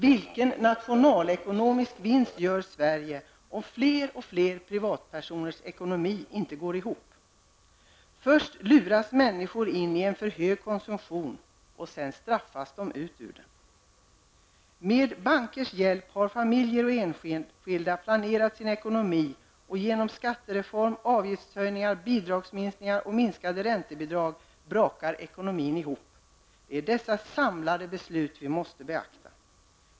Vilken nationalekonomisk vinst gör Sverige om fler och fler privatpersoners ekonomi inte går ihop? Först luras människor in i en alltför hög konsumtion och sedan ''straffas'' de ut ur den. Med bankers hjälp har familjer och enskilda planerat sin ekonomi. Och till följd av skattereformen, avgiftshöjningar, bidragsminskningar och minskade räntebidrag brakar ekonomin ihop. Det är dessa samlade beslut som vi måste beakta.